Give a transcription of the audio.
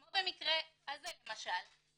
כמו במקרה הזה למשל,